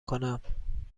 کنم